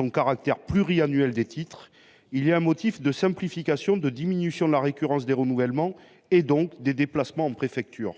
le caractère pluriannuel des titres, il existait un motif de simplification, de diminution de la récurrence des renouvellements et donc des déplacements en préfecture.